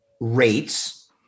rates